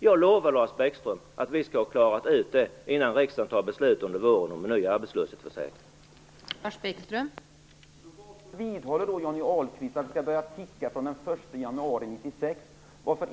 Jag lovar Lars Bäckström att vi skall ha klarat ut det innan riksdagen fattar beslut om en ny arbetslöshetsförsäkring under våren.